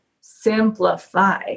simplify